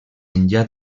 enllà